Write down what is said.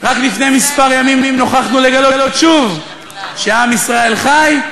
רק לפני כמה ימים נוכחנו לגלות שוב שעם ישראל חי,